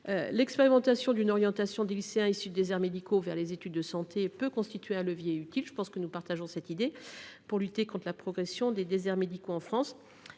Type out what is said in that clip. L’expérimentation d’une orientation des lycéens issus de déserts médicaux vers les études de santé peut constituer un levier utile pour lutter contre la progression des déserts médicaux en France.